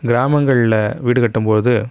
கிராமங்களை வீடு கட்டும் போது